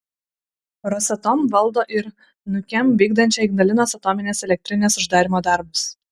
rosatom valdo ir nukem vykdančią ignalinos atominės elektrinės uždarymo darbus